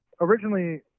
originally